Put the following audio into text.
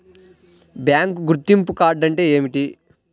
Bank గుర్తింపు card అంటే ఏమిటి?